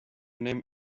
name